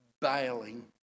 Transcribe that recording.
bailing